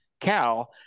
Cal